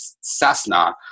Cessna